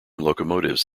locomotives